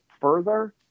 further